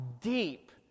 deep